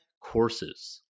courses